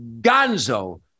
gonzo